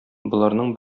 боларның